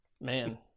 man